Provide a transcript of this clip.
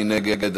מי נגד?